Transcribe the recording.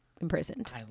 imprisoned